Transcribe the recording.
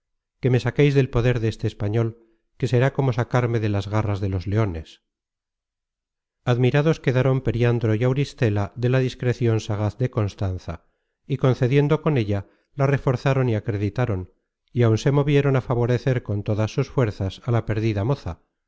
que me saqueis del poder deste español que será como sacarme de las garras de los leones admirados quedaron periandro y auristela de la discrecion sagaz de constanza y concediendo con ella la reforzaron y acreditaron y aun se movieron á favorecer con todas sus fuerzas á la perdida moza